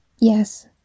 yes